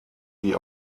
sie